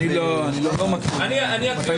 אני מחדש